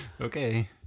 Okay